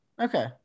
okay